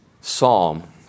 psalm